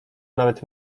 nawet